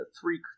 three